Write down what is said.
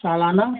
सालाना